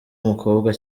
umukobwa